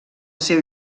seu